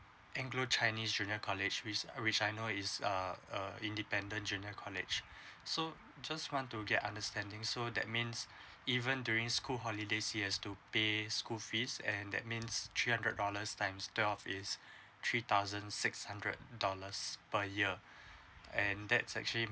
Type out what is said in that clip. anglo chinese junior college which I which I know is err a independent junior college so just want to get understanding so that means even during school holidays he has to pay school fees and that means three hundred dollars times twelve is three thousand six hundred dollars per year and that's actually